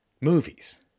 movies